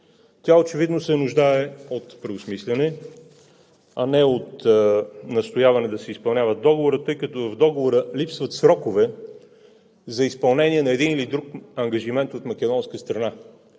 Тя очевидно се нуждае от преосмисляне, а не от настояване да си изпълняват Договора, тъй като в него липсват срокове за изпълнение на един или друг ангажимент от македонска страна.